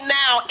now